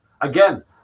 again